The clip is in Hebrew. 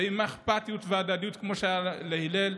ועם אכפתיות והדדיות כמו שהיה להלל,